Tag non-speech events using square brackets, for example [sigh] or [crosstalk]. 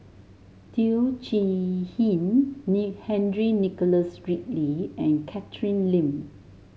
Teo Chee Hean [unintelligible] Henry Nicholas Ridley and Catherine Lim